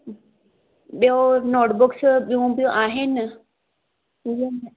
ॿियों notes books ॿियूं बि आहिनि